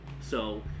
So-